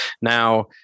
Now